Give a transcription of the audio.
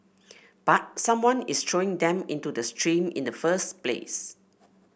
but someone is throwing them into the stream in the first place